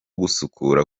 gusukura